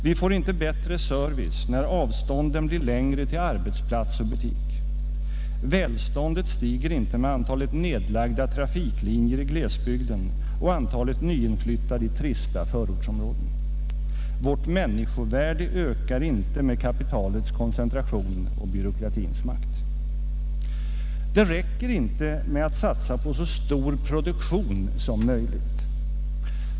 Vi får inte bättre service när avstånden blir längre till arbetsplats och butik. Välståndet stiger inte med antalet nedlagda trafiklinjer i glesbygden och antalet nyinflyttade i trista förortsområden. Vårt människovärde ökar inte med kapitalets koncentration och byråkratins makt. Det räcker inte med att satsa på så stor produktion som möjligt.